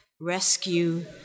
rescue